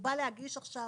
בא להגיש עכשיו